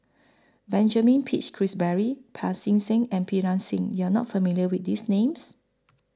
Benjamin Peach Keasberry Pancy Seng and Pritam Singh YOU Are not familiar with These Names